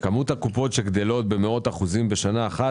כמות הקופות שגדלות במאות אחוזים בשנה אחת,